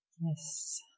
Yes